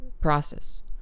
process